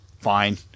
fine